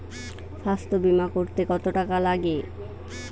স্বাস্থ্যবীমা করতে কত টাকা লাগে?